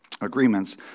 agreements